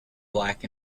black